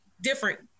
different